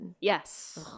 Yes